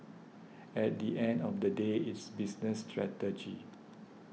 at the end of the day it's business strategy